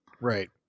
Right